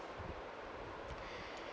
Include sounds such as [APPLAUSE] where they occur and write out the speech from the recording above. [BREATH]